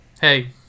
Hey